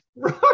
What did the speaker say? Right